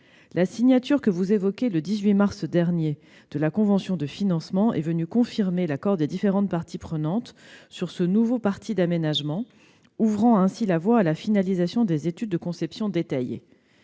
La signature, que vous évoquez, le 18 mars dernier, de la convention de financement est venue sceller l'accord des différentes parties sur ce nouveau choix d'aménagement, ouvrant ainsi la voie à la finalisation des études de conception détaillée.